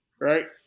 right